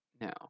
No